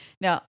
Now